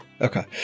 Okay